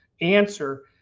answer